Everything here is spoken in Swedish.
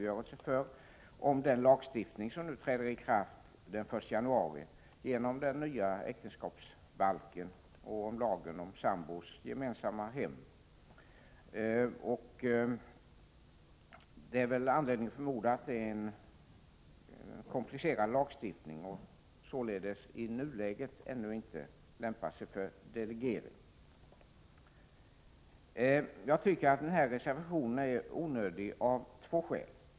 1987/88:36 redogöra för, att det finns anledning förmoda att den lagstiftning som träderi 2 december 1987 gemensamma hem kommer att bli mycket komplicerad och således i nuläget ; is ;. Ya å ventionen om upprättinte lämpar sig för delegering. k ES ä & EG z ande av det multilatera Jag tycker att den här reservationen är onödig av två skäl.